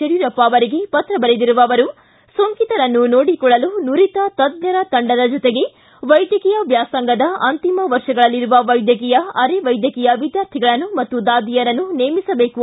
ಯಡಿಯೂರಪ್ಪ ಅವರಿಗೆ ಪತ್ರ ಬರೆದಿರುವ ಅವರು ಸೋಂಕಿತರನ್ನು ನೋಡಿಕೊಳ್ಳಲು ನುರಿತ ತಜ್ಞರ ತಂಡದ ಜೊತೆಗೆ ವೈದ್ಯಕೀಯ ವ್ಯಾಸಂಗದ ಅಂತಿಮ ವರ್ಷಗಳಲ್ಲಿರುವ ವೈದ್ಯಕೀಯ ಅರೆವೈದ್ಯಕೀಯ ವಿದ್ಕಾರ್ಥಿಗಳನ್ನು ಮತ್ತು ದಾದಿಯರನ್ನು ನೇಮಿಸಬೇಕು